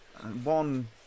One